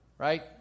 Right